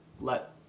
let